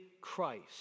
Christ